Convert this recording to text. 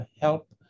help